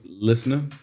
Listener